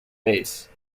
base